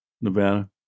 Nevada